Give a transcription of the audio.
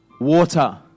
Water